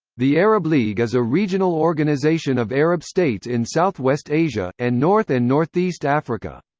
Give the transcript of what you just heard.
the arab league is a regional organization of arab states in southwest asia, and north and northeast africa.